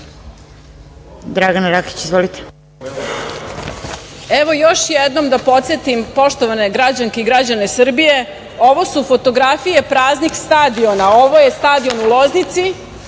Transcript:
**Dragana Rakić** Evo još jednom da podsetim poštovane građanke i građane Srbije, ovo su fotografije praznih stadiona. Ovo je stadion u Loznici